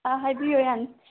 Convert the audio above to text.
ꯑꯥ ꯍꯥꯏꯕꯤꯌꯣ ꯌꯥꯅꯤ